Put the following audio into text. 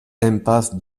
impasse